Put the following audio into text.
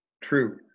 True